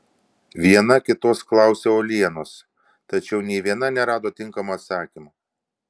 viena kitos klausė uolienos tačiau nė viena nerado tinkamo atsakymo